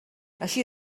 així